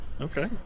Okay